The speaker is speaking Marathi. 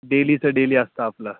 डेलीचं डेली असतं आपलं